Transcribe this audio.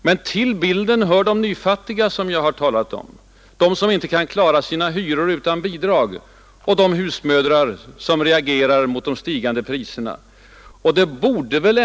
Men till den svenska bilden hör framför allt de ”nyfattiga” som jag har talat om, de som inte kan klara sina hyror utan bidrag, och de husmödrar som reagerar mot de stigande priserna.